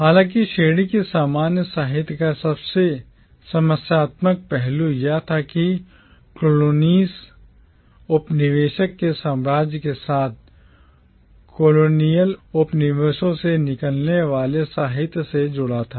हालांकि श्रेणी के सामान्य साहित्य का सबसे समस्यात्मक पहलू यह था कि यह colonies उपनिवेश के साम्राज्य के साथ colonial उपनिवेशों से निकलने वाले साहित्य से जुड़ा था